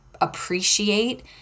appreciate